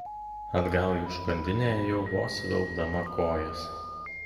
atgal į užkandinę ėjau vos vilkdama kojas